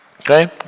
Okay